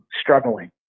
struggling